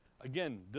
Again